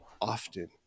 often